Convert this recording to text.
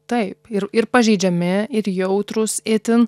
taip ir ir pažeidžiami ir jautrūs itin